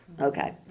okay